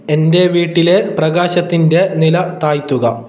എൻ്റെ വീട്ടിൽ പ്രകാശത്തിൻ്റെ നില താഴ്ത്തുക